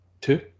two